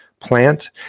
plant